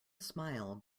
smile